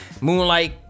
moonlight